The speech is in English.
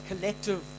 collective